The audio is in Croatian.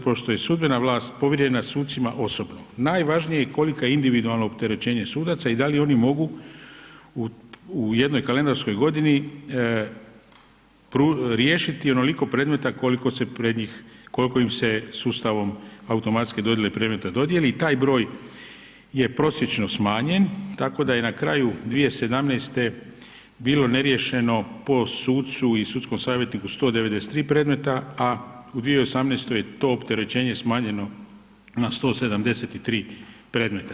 Pošto je sudbena vlast povjerena sucima osobno najvažnije je kolika je individualno opterećenje sudaca i da li oni mogu u jednoj kalendarskoj godini riješiti onoliko predmeta koliko se pred njih, koliko im se sustavom automatski dodijeli predmeta dodijeli i taj broj je prosječno smanjen, tako da je na kraju 2017. bilo neriješeno po sudu i sudskom savjetniku 193 predmeta, a u 2018. je to opterećenje smanjeno na 173 predmeta.